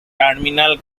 terminal